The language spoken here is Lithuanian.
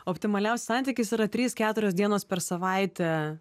optimaliausias santykis yra trys keturios dienos per savaitę